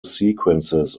sequences